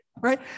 Right